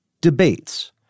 debates